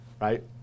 right